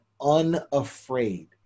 unafraid